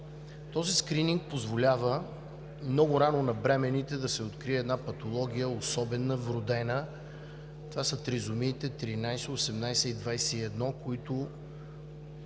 Този скрининг позволява много рано на бременните да се открие една патология – особена, вродена. Това са тризомиите 13, 18 и 21, след